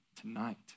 tonight